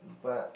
but